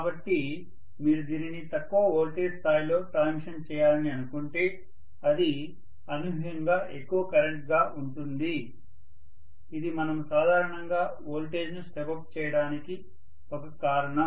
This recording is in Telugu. కాబట్టి మీరు దీనిని తక్కువ వోల్టేజ్ స్థాయిలో ట్రాన్స్మిషన్ చేయాలని అనుకుంటే అది అనూహ్యంగా ఎక్కువ కరెంట్గా ఉంటుంది ఇది మనము సాధారణంగా వోల్టేజ్ను స్టెప్ అప్ చేయడానికి ఒక కారణం